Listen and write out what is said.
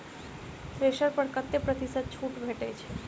Thresher पर कतै प्रतिशत छूट भेटय छै?